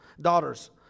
daughters